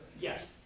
Yes